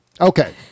Okay